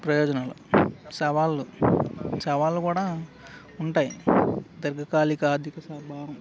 ప్రయోజనాలు సవాళ్లు సవాళ్లు కూడా ఉంటాయి దీర్ఘకాలిక ఆర్థిక స్వభావం